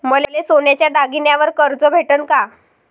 मले सोन्याच्या दागिन्यावर कर्ज भेटन का?